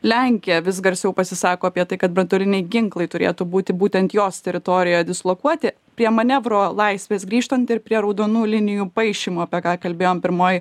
lenkija vis garsiau pasisako apie tai kad branduoliniai ginklai turėtų būti būtent jos teritorijoje dislokuoti prie manevro laisvės grįžtant ir prie raudonų linijų paišymo apie ką kalbėjom pirmoj